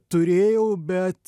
turėjau bet